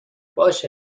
باشه